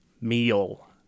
meal